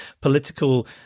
political